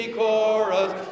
chorus